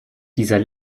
dieser